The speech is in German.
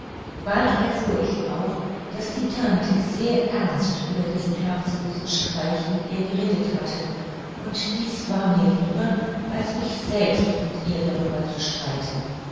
bald erfuhr ich auch daß die tante sehr ernst über diesen herzlosen streich mit ihr geredet hatte und dies war mir lieber als mich selbst mit ihr darüber zu streiten